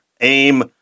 aim